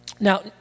Now